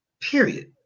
period